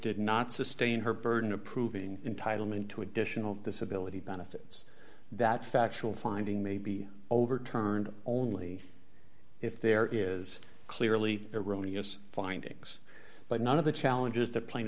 did not sustain her burden of proving entitlement to additional disability benefits that factual finding may be overturned only if there is clearly erroneous findings but none of the challenges th